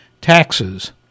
taxes